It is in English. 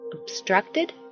obstructed